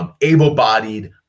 able-bodied